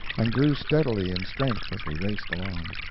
and grew steadily in strength as we raced along.